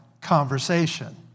conversation